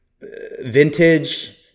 vintage